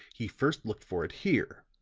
he first looked for it here.